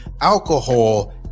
alcohol